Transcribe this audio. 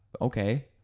Okay